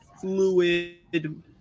fluid